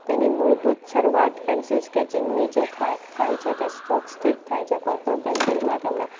તેની મૂળભૂત શરૂઆત પેન્સિલ સ્કેચિંગની જે થાય થાય છે તે સ્ટ્રોક્સથી જ થાય છે કોઈપણ પેન્સિલમાં તમે